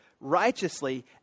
righteously